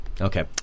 Okay